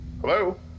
Hello